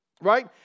Right